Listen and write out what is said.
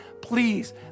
please